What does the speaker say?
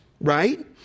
right